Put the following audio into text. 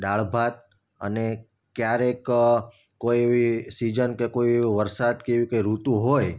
દાળ ભાત અને ક્યારેક કોઈ એવી સિઝન કે કોઈ એવો વરસાદ કે એવી કઈ ઋતુ હોય